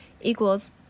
equals